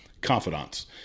confidants